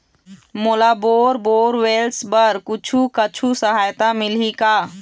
मोला bore borewells बर कुछू कछु सहायता मिलही का?